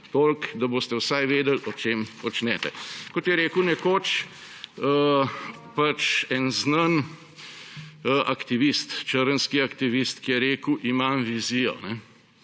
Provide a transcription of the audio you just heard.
Toliko, da boste vsaj vedeli, o čem počnete. Kot je rekel nekoč en znan aktivist, črnski aktivist, ki je rekel, imam vizijo.